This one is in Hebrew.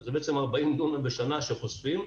זה בעצם 40 דונם בשנה שחושפים.